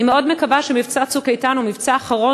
אני מאוד מקווה שמבצע "צוק איתן" הוא המבצע האחרון